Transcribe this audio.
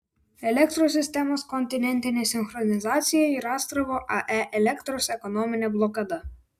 elektros sistemos kontinentinė sinchronizacija ir astravo ae elektros ekonominė blokada